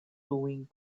towing